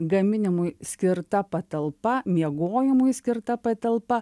gaminimui skirta patalpa miegojimui skirta patalpa